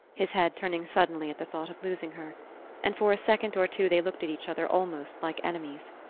his head turning suddenly at the thought of losing her and for a second or two they looked at each other almost like enemies.